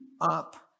up